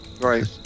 Right